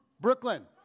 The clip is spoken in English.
Brooklyn